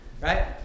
Right